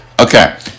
Okay